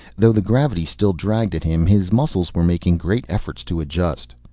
though the gravity still dragged at him, his muscles were making great efforts to adjust.